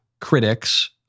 critics